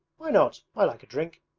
why not? i like a drink